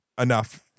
enough